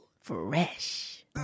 Fresh